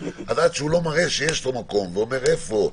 עד שהוא לא מראה שיש לו מקום ואומר איפה,